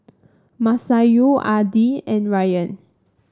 Masayu Adi and Ryan